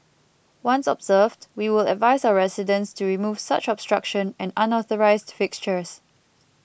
once observed we will advise our residents to remove such obstruction and unauthorised fixtures